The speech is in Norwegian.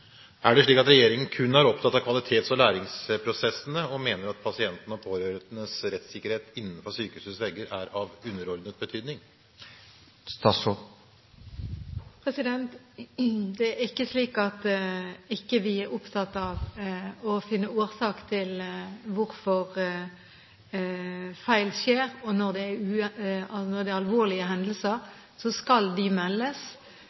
i en slik situasjon? Er det slik at regjeringen kun er opptatt av kvalitet og læringsprosesser, og mener at pasientenes og pårørendes rettssikkerhet innenfor sykehusets vegger er av underordnet betydning? Det er ikke slik at vi ikke er opptatt av å finne årsaken til hvorfor feil skjer. Når det er alvorlige hendelser, skal de meldes